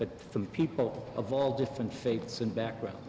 but from people of all different faiths and background